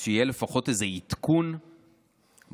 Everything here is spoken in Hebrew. אז שיהיה לפחות עדכון בכלל